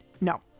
no